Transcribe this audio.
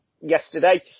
yesterday